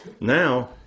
Now